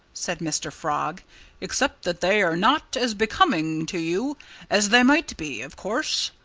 said mr. frog except that they are not as becoming to you as they might be. of course,